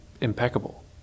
impeccable